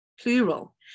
plural